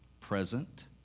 present